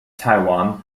taiwan